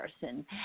person